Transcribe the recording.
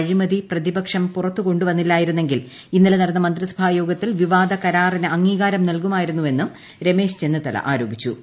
അഴിമതി പ്രതിപ്പക്ഷ്ടു പുറത്തുകൊണ്ടു വന്നില്ലായിരുന്നെങ്കിൽ ഇന്ന്ട്ലെ നടന്ന മന്ത്രിസഭാ യോഗത്തിൽ വിവാദ കരാറിന് അംഗീക്കാൽ നൽകുമായിരുന്നെന്നും രമേശ് ചെന്നിത്തല ആരോപിച്ചു്